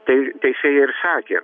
tai teisėjai ir sakė